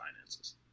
finances